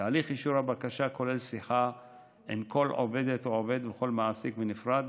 תהליך אישור הבקשה כולל שיחה עם כל עובדת או עובד וכל מעסיק בנפרד,